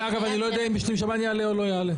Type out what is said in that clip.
אגב, אני לא יודע אם משלים שב"ן יעלה או לא יעלה.